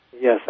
Yes